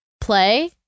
play